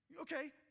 Okay